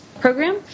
program